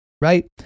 right